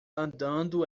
andando